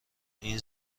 این